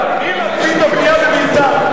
מי מקפיא את הבנייה בביתר?